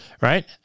right